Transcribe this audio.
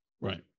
Right